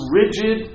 rigid